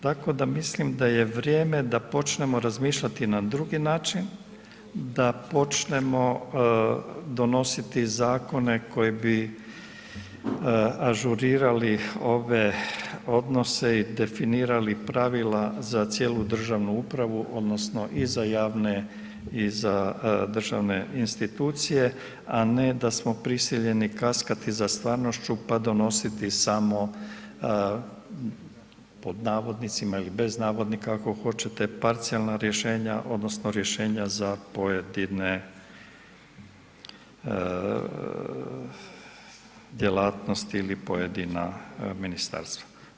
Tako da mislim da je vrijeme da počnemo razmišljati na drugi način, da počnemo donositi zakone koji bi ažurirali ove odnose i definirali pravila za cijelu državnu upravu odnosno i za javne i za državne institucije, a ne da smo prisiljeni kaskati za stvarnošću, pa donositi samo pod navodnicima ili bez navodnika kako hoćete, parcijalna rješenja odnosno rješenja za pojedine djelatnosti ili pojedina ministarstva.